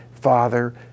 father